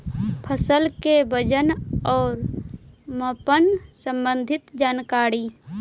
फसल के वजन और मापन संबंधी जनकारी?